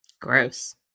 Gross